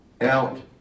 out